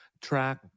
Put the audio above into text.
track